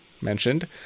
mentioned